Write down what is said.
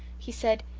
he said,